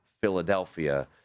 Philadelphia